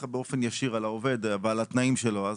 באופן ישיר על העובד ועל התנאים שלו.